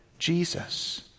jesus